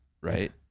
right